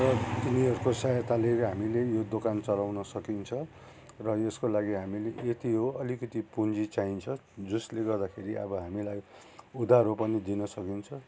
र तिनीहरूको सहायताले हामीले यो दोकान चलाउन सकिन्छ र यसको लागि हामीले यति हो अलिकति पुँजी चाहिन्छ जसले गर्दाखेरि अब हामीलाई उधारो पनि दिन सकिन्छ